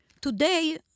today